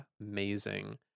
Amazing